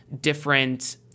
different